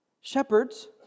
Shepherds